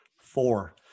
Four